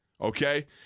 Okay